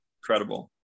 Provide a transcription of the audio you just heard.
incredible